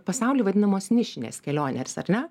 pasauly vadinamos nišinės kelionės ar ne